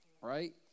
right